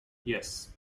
yes